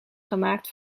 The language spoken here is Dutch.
gemaakt